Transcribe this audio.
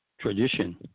tradition